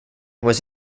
was